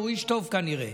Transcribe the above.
הוא איש טוב, כנראה.